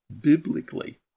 biblically